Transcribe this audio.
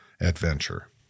adventure